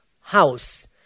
house